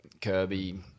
Kirby